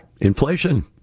Inflation